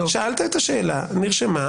שאלת את השאלה, היא נרשמה.